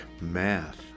math